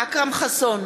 אכרם חסון,